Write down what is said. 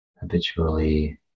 Habitually